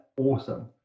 awesome